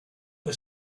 the